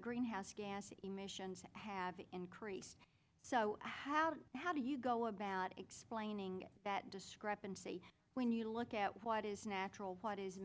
greenhouse gas emissions have increased so how do you go about explaining that discrepancy when you look at what is natural what is